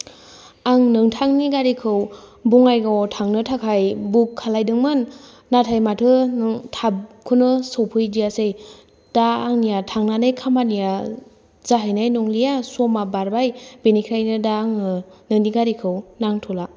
आं नोंथांनि गारिखौ बङाइगावआव थांनो थाखाय बुक खालायदोंमोन नाथाय माथो थाबखौनो सफैदियासै दा आंनिया थांनानै खामानिया जाहैनाय नंलिया समा बारबाय बेनिखायनो दा आंनो नोंनि गारिखौ नांथ'ला